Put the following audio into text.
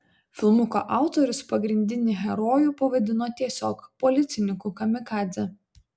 filmuko autorius pagrindinį herojų pavadino tiesiog policininku kamikadze